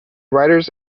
writers